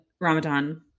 Ramadan